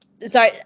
sorry